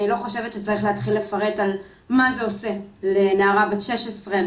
אני לא חושבת שצריך להתחיל לפרט על מה זה עושה לנערה בת 16,